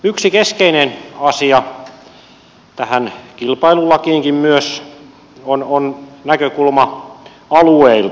yksi keskeinen asia tähän kilpailulakiinkin on näkökulma alueilta